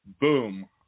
Boom